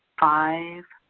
five,